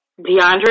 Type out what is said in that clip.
DeAndre